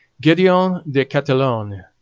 gedeon de catalogne.